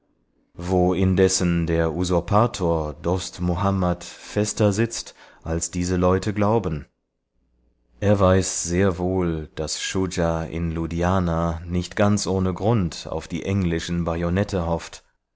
wo indessen der usurpator dost muhammad fester sitzt als diese leute glauben er weiß sehr wohl daß shuja in ludhiana nicht ganz ohne grund auf die englischen bajonette hofft